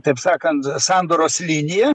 taip sakant sandūros linija